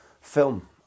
film